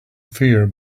fear